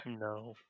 No